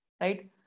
right